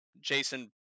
Jason